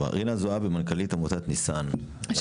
זועבי, מנכ"לית עמותת ניסאן, בבקשה.